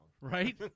Right